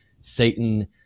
Satan